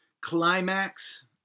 climax